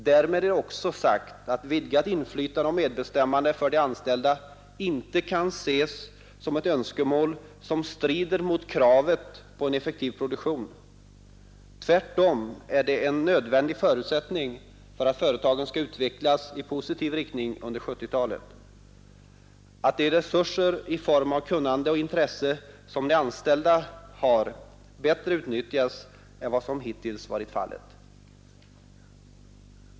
Därmed är också sagt att vidgat inflytande och medbestämmande för de anställda inte kan ses som ett önskemål som strider mot kravet på effektiv produktion. Tvärtom är det en nödvändig förutsättning för att företagen skall utvecklas i positiv riktning under 1970-talet — att de resurser i form av kunnande och intresse som de anställda har bättre utnyttjas än vad som hittills varit fallet.